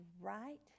right